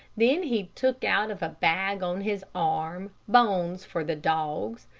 then he took out of a bag on his arm, bones for the dogs,